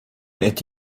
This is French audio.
est